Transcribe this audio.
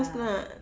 ya